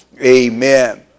amen